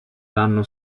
danno